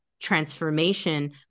transformation